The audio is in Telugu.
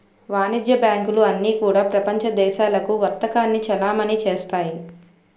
వాణిజ్య బ్యాంకులు అన్నీ కూడా ప్రపంచ దేశాలకు వర్తకాన్ని చలామణి చేస్తాయి